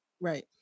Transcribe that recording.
Right